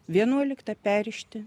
vienuoliktą perrišti